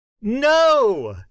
No